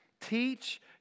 Teach